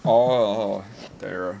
oh terrier